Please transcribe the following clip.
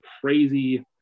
crazy